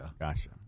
gotcha